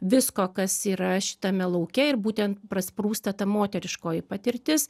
visko kas yra šitame lauke ir būtent prasprūsta ta moteriškoji patirtis